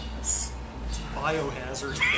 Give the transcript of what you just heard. Biohazard